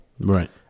Right